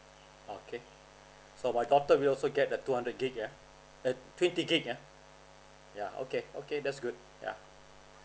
okay so my daughter will also get a two hundred gig yeah uh twenty gig ya ya okay okay that's good yeah